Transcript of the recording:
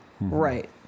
Right